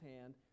hand